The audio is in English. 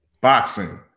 Boxing